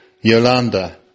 Yolanda